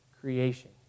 creation